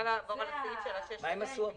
אבל מה הם עשו?